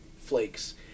flakes